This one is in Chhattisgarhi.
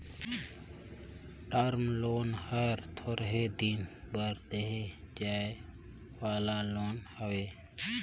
टर्म लोन हर थोरहें दिन बर देहे जाए वाला लोन हवे